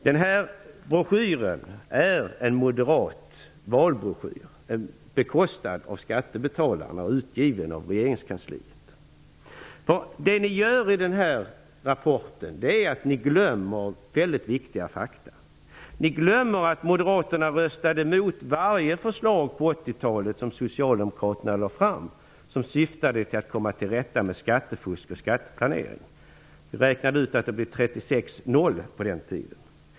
Den här broschyren är en moderat valbroschyr, bekostad av skattebetalarna och utgiven av regeringskansliet. Det ni gör i den här rapporten är att ni glömmer viktiga fakta. Ni glömmer att Moderaterna under Socialdemokraterna lade fram som syftade till att komma till rätta med skattefusk och skatteplanering. Vi räknade ut att det blev 36--0 på den tiden.